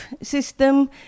system